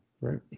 Right